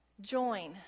Join